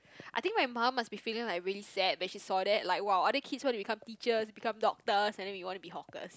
I think my mum must be feeling like really sad when she saw that like !wow! other kids wanna be teachers become doctors and then we wanna be hawkers